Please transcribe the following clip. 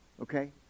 Okay